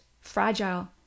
fragile